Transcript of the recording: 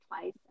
twice